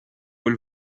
quel